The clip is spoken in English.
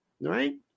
right